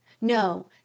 No